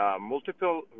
Multiple